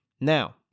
Now